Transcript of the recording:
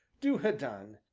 do ha' done,